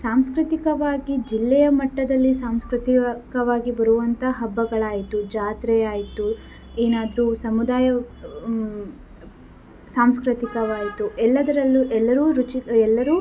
ಸಾಂಸ್ಕೃತಿಕವಾಗಿ ಜಿಲ್ಲೆಯ ಮಟ್ಟದಲ್ಲಿ ಸಾಂಸ್ಕೃತಿಕವಾಗಿ ಬರುವಂಥ ಹಬ್ಬಗಳಾಯಿತು ಜಾತ್ರೆಯಾಯಿತು ಏನಾದರೂ ಸಮುದಾಯ ಸಾಂಸ್ಕೃತಿಕವಾಯಿತು ಎಲ್ಲದರಲ್ಲೂ ಎಲ್ಲರೂ ರುಚಿ ಎಲ್ಲರೂ